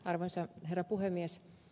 arvoisa herra puhemies